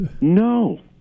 no